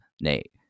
Nate